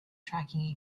tracking